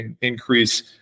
increase